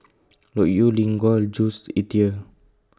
Loke Yew Lin Gao and Jules Itier